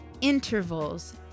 intervals